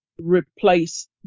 replace